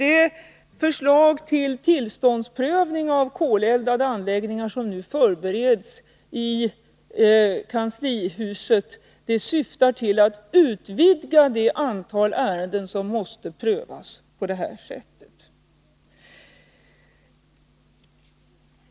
Det förslag till tillståndsprövning av koleldade anläggningar som nu förbereds i kanslihuset syftar till att utvidga det antal ärenden som måste prövas på detta sätt.